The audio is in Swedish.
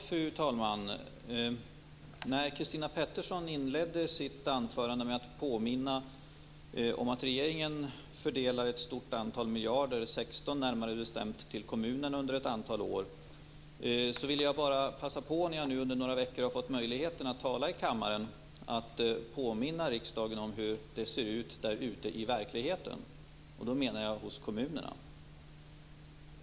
Fru talman! Christina Pettersson inledde sitt anförande med att påminna om att regeringen fördelar ett stort antal miljarder, närmare bestämt 16, till kommunerna under ett antal år. När jag nu under några veckor har fått möjlighet att tala i kammaren vill jag passa på att påminna riksdagen om hur det ser ut där ute i verkligheten, och då menar jag hos kommunerna.